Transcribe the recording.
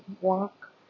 walk